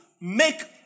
Make